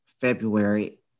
February